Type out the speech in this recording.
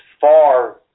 far